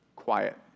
quiet